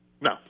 No